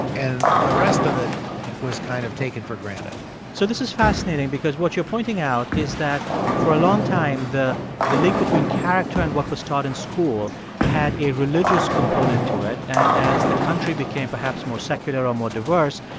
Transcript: and the rest of it was kind of taken for granted so this is fascinating because what you're pointing out is that for a long time, the the link between character and what was taught in school had a religious component to it. and as the country became perhaps more secular or more diverse,